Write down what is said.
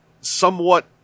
somewhat